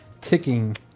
ticking